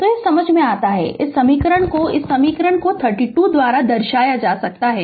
तो यह समझ में आता है कि इस समीकरण को समीकरण 32 द्वारा दर्शाया जा सकता है